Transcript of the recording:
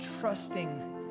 trusting